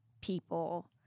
people